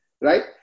Right